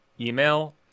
email